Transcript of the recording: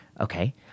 Okay